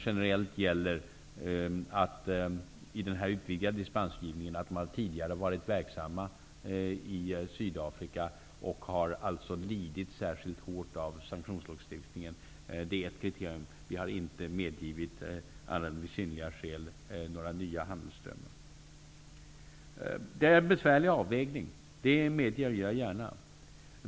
Generellt gäller i den utvidgade dispensgivningen att företagen tidigare har varit verksamma i Sydafrika och alltså lidit särskilt hårt av sanktionslagstiftningen. Det är ett kriterium. Regeringen har inte med anledning av synnerliga skäl medgivit några nya handelsströmmar. Detta är en besvärlig avvägning, det medger jag gärna.